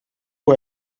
who